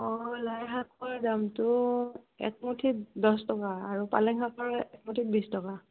অঁ লাইশাকৰ দামটো একমুঠিত দহ টকা আৰু পালেং শাকৰ একমুঠি বিশ টকা